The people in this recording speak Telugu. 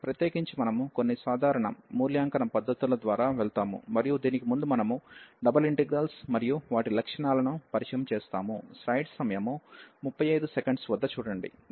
ప్రత్యేకించి మనము కొన్ని సాధారణ మూల్యాంకన పద్దతుల ద్వారా వెళ్తాము మరియు దీనికి ముందు మనము డబుల్ ఇంటిగ్రల్స్ మరియు వాటి లక్షణాలను పరిచయం చేస్తాము